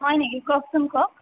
হয় নেকি কওকচোন কওক